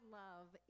love